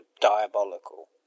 diabolical